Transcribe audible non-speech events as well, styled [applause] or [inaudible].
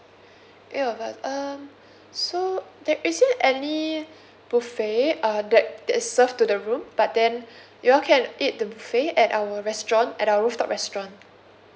[breath] ya but um so there isn't any [breath] buffet uh that that is served to the room but then [breath] you all can eat the buffet at our restaurant at our rooftop restaurant